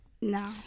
No